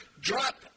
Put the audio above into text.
drop